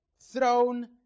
Throne